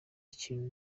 kintu